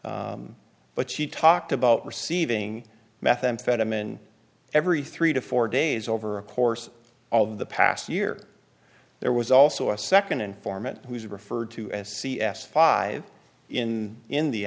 skara but she talked about receiving methamphetamine every three to four days over a course of the past year there was also a second informant who is referred to as c s five in in the